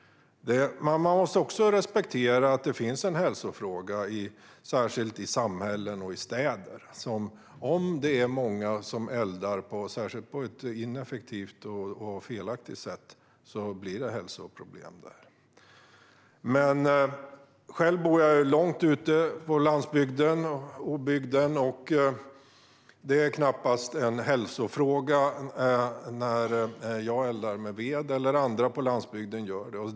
Men man måste också respektera att det finns en hälsofråga, särskilt i samhällen och städer: Om det är många som eldar, särskilt på ett ineffektivt och felaktigt sätt, blir det hälsoproblem. Själv bor jag dock långt ute på landsbygden. Det är knappast en hälsofråga när jag eller andra på landet eldar med ved.